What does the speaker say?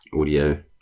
audio